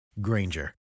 Granger